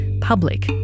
public